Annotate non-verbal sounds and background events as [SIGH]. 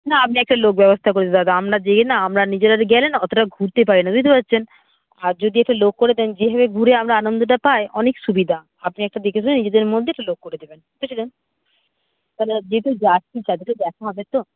না আপনি একটা লোক ব্যবস্থা করে [UNINTELLIGIBLE] দাদা আমরা যেয়ে না আমরা নিজেরা গেলে না অতোটা ঘুরতে পারি না বুঝতে পারছেন আর যদি একটা লোক করে দেন যেভাবে ঘুরে আমরা আনন্দটা পাই অনেক সুবিধা আপনি একটা দেখে [UNINTELLIGIBLE] নিজেদের মধ্যে একটা লোক করে দিবেন [UNINTELLIGIBLE] তাহলে যেহেতু যাচ্ছি [UNINTELLIGIBLE] দেখা হবে তো